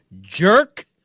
Jerk